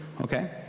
Okay